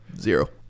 zero